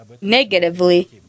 negatively